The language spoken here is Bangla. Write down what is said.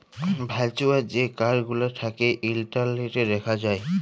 ভার্চুয়াল যে কাড় গুলা থ্যাকে ইলটারলেটে দ্যাখা যায়